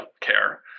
care